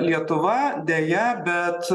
lietuva deja bet